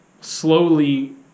slowly